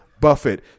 Buffett